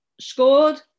scored